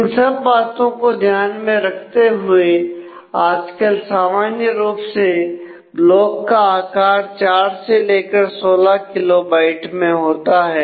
इन सब बातों को ध्यान में रखते हुए आजकल सामान्य रूप से ब्लॉक का आकार 4 से लेकर 16 किलो बाइट होता है